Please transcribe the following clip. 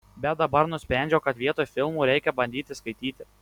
bet dabar nusprendžiau kad vietoj filmų reikia bandyti skaityti